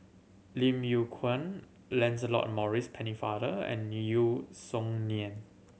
Lim Yew Kuan Lancelot Maurice Pennefather and Yeo Song Nian